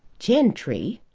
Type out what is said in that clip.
gentry!